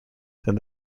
then